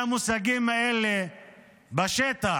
מהמושגים האלה בשטח.